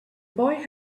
boy